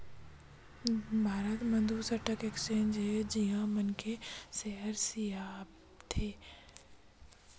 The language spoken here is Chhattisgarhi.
भारत म दू स्टॉक एक्सचेंज हे जिहाँ मनखे सेयर बिसाथे अउ बेंचथे पहिली बॉम्बे स्टॉक एक्सचेंज अउ दूसरइया नेसनल स्टॉक एक्सचेंज